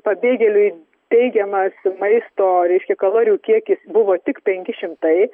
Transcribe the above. pabėgėliui teigiamas maisto reiškia kalorijų kiekis buvo tik penki šimtai